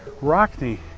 Rockney